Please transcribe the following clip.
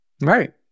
Right